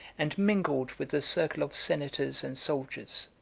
and mingled with the circle of senators and soldiers.